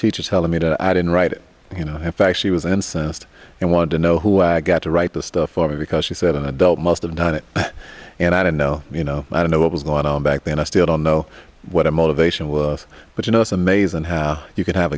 teacher telling me that i didn't write it you know half actually was incensed and wanted to know who i got to write the stuff for me because she said an adult must have done it and i don't know you know i don't know what was going on back then i still don't know what a motivation was but you know it's amazing how you can have